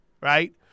Right